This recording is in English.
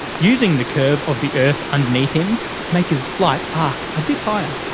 using the curve of the earth underneath him to make his flight arc a bit higher.